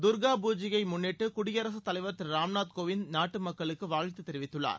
தர்கா தலைவர் முன்னிட்டு குடியரசு பூஜையை திரு ராம்நாத்கோவிந்த் நாட்டு மக்களுக்கு வாழ்த்து தெரிவித்துள்ளார்